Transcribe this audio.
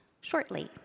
shortly